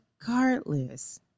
Regardless